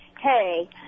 Hey